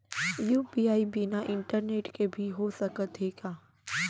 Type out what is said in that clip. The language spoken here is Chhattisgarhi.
यू.पी.आई बिना इंटरनेट के भी हो सकत हे का?